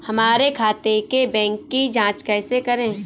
हमारे खाते के बैंक की जाँच कैसे करें?